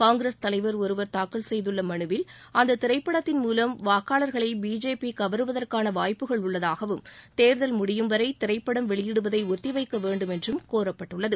காங்கிரஸ் தலைவர் ஒருவர் தாக்கல் செய்துள்ள மனுவில் அந்த திரைப்படத்தின் மூலம் வாக்காளர்களை பிஜேபி கவருவதற்கான வாய்ப்புக்கள் உள்ளதாகவும் தேர்தல் முடியும் வரை திரைப்படம் வெளியிடுவதை ஒத்தி வைக்க வேண்டும் என்றும் கோரப்பட்டுள்ளது